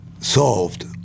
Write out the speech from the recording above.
solved